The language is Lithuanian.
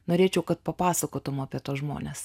norėčiau kad papasakotum apie tuos žmones